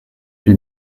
huit